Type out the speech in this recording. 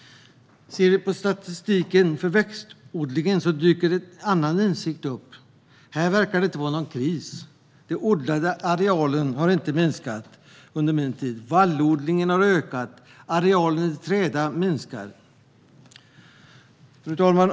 Om vi ser på statistiken för växtodlingen dyker en annan insikt upp. Här verkar det inte vara någon kris. Den odlade arealen har inte minskat under min tid. Vallodlingen har ökat, och arealen i träda minskar. Fru talman!